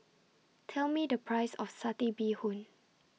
Tell Me The Price of Satay Bee Hoon